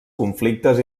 conflictes